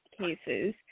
cases